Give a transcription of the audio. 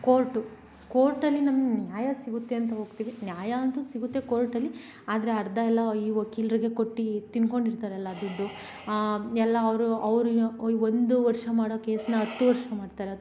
court ಕೋರ್ಟಲ್ಲಿ ನಮ್ಗೆ ನ್ಯಾಯ ಸಿಗುತ್ತೆ ಅಂತ ಹೋಗ್ತಿವಿ ನ್ಯಾಯ ಅಂತೂ ಸಿಗುತ್ತೆ ಕೋರ್ಟಲ್ಲಿ ಆದರೆ ಅರ್ಧ ಎಲ್ಲ ಈ ವಕೀಲರಿಗೆ ಕೊಟ್ಟು ತಿನ್ಕೊಂಡಿರ್ತಾರೆಲ್ಲ ದುಡ್ಡು ಎಲ್ಲ ಅವರು ಅವ್ರಿನ್ನೂ ಅವ್ರಿಗೆ ಒಂದು ವರ್ಷ ಮಾಡೋ ಕೇಸನ್ನ ಹತ್ತು ವರ್ಷ ಮಾಡ್ತಾರೆ ಹತ್ತು